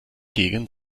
gegen